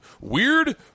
weird